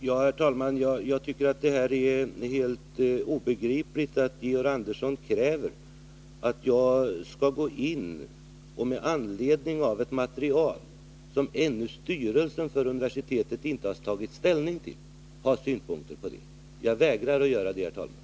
Herr talman! Jag tycker att det är helt obegripligt att Georg Andersson kan kräva att jag skall deklarera mina synpunkter på ett material som styrelsen för universitetet ännu inte har tagit ställning till. Jag vägrar att göra det, herr talman.